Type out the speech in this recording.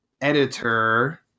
editor